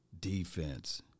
Defense